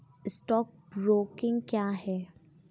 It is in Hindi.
स्टॉक ब्रोकिंग क्या है?